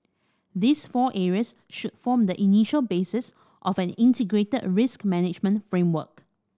these four areas should form the initial basis of an integrated risk management framework